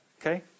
Okay